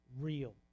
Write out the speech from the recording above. real